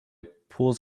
pulls